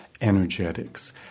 energetics